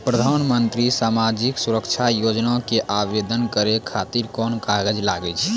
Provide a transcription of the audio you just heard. प्रधानमंत्री समाजिक सुरक्षा योजना के आवेदन करै खातिर कोन कागज लागै छै?